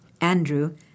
Andrew